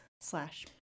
slash